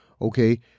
okay